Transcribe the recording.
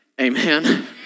Amen